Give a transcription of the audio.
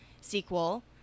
sequel